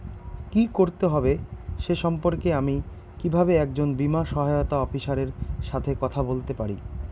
কী করতে হবে সে সম্পর্কে আমি কীভাবে একজন বীমা সহায়তা অফিসারের সাথে কথা বলতে পারি?